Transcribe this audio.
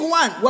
one